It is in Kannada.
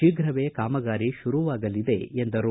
ಶೀಘವೇ ಕಾಮಗಾರಿ ಶುರುವಾಗಲಿದೆ ಎಂದರು